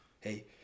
Hey